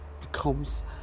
becomes